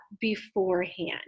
beforehand